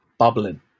bubbling